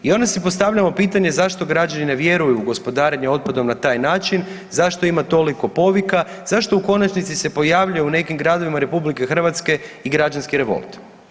I onda si postavljamo pitanje zašto građani ne vjeruju u gospodarenje otpadom na taj način, zašto ima toliko povika, zašto u konačnici se pojavljuje u nekim gradovima RH i građanski revolt.